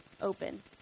open